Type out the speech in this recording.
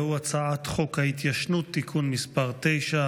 והוא הצעת חוק ההתיישנות (תיקון מס' 9,